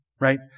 right